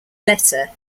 letter